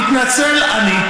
מתנצל אני.